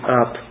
up